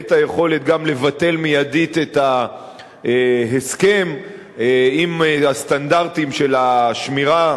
את היכולת גם לבטל מיידית את ההסכם אם הסטנדרטים של השמירה,